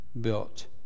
built